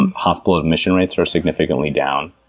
and hospital admission rates are significantly down.